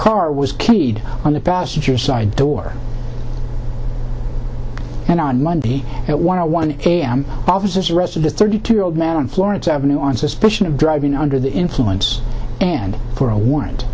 car was keyed on the passenger side door and on monday it went to one a m officers rest of the thirty two year old man in florence avenue on suspicion of driving under the influence and for a warrant